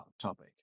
topic